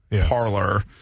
parlor